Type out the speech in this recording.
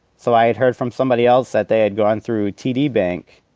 so i had heard from somebody else that they had gone through td bank.